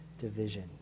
division